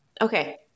Okay